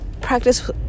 practice